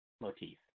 motif